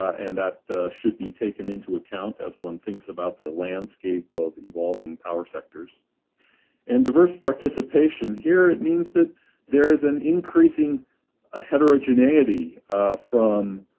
and that should be taken into account as one thinks about the landscape of evolving power sectors and diverse participation here it means that there is an increasing ah heterogeneity from